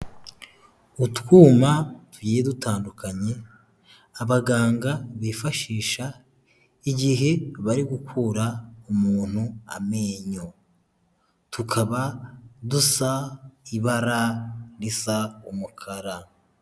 Utwuma tugiye dutandukanye abaganga bifashisha igihe bari gukura umuntu amenyo, tukaba dusa ibara risa umukara.